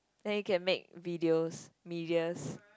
then you can make videos medias